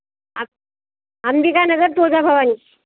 आ Ambika Nagar Tuljabhavani